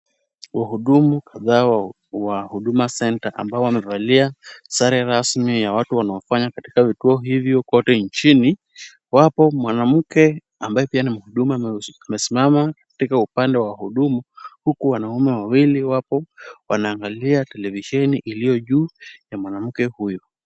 Wahudumu kadhaa wa Huduma Centre ambao wamevalia sare rasmi ya watu wanaofanya katika vituo hivyo kote nchini, wapo mwanamke ambaye pia ni mhudumu amesimama katika upande wa wahudumu, huku wanaume wawili wapo wanaangalia televisheni iliyo juu ya mwanamke huyu.